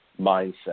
mindset